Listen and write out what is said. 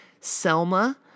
Selma